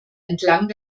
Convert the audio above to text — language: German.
entlang